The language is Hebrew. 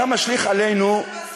אמרו לי: אנחנו מנסים להעיר אותה ב-07:00,